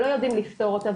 שלא יודעים לפתור אותה,